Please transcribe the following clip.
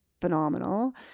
phenomenal